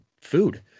food